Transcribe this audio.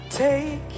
take